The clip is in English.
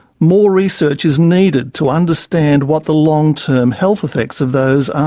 more research is needed to understand what the long-term health affects of those are.